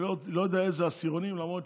אני לא יודע איזה עשירונים, למרות